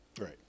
Right